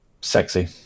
sexy